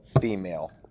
female